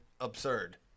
absurd